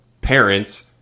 parents